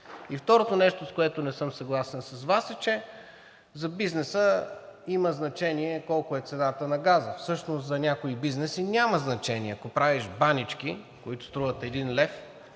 И второто нещо, с което не съм съгласен с Вас, е, че за бизнеса има значение колко е цената на газа. Всъщност за някои бизнеси няма значение. Ако правиш банички, които струват един лев,